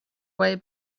way